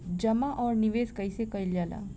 जमा और निवेश कइसे कइल जाला?